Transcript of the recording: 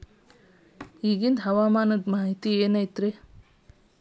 ಇಗಿಂದ್ ಹವಾಮಾನ ಮಾಹಿತಿ ಏನು ಐತಿ?